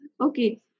Okay